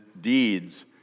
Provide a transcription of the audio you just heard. deeds